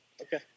Okay